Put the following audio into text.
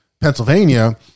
Pennsylvania